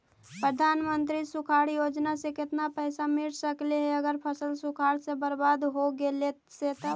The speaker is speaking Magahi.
प्रधानमंत्री सुखाड़ योजना से केतना पैसा मिल सकले हे अगर फसल सुखाड़ से बर्बाद हो गेले से तब?